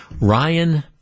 Ryan